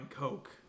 coke